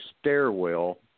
stairwell